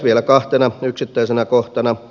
vielä kahtena yksittäisenä kohtana